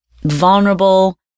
vulnerable